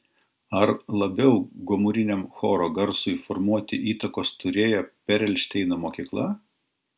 ar labiau gomuriniam choro garsui formuoti įtakos turėjo perelšteino mokykla